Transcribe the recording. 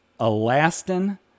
elastin